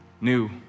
new